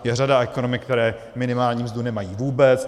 Je řada ekonomik, které minimální mzdu nemají vůbec.